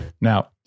Now